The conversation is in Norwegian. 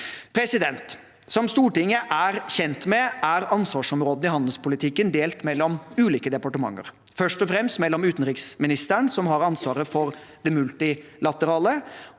handling. Som Stortinget er kjent med, er ansvarsområdene i handelspolitikken delt mellom ulike departementer, først og fremst mellom utenriksministeren, som har ansvaret for det multilaterale,